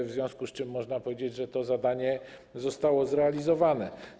W związku z czym można powiedzieć, że to zadanie zostało zrealizowane.